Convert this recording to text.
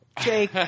jake